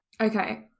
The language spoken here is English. okay